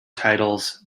titles